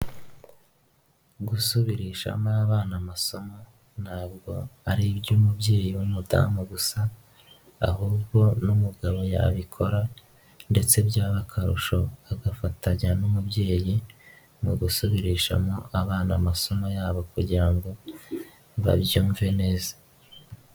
Gusubirishamo abana amasomo, ntabwo ari iby'umubyeyi w'umudamu gusa, ahubwo n'umugabo yabikora ndetse byaba akarusho, agafatanya n'umubyeyi, mu gusubirishamo abana amasomo yabo kugira ngo babyumve neza.